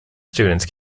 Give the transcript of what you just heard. students